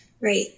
Right